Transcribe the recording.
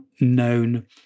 known